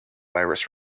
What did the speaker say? virus